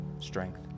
strength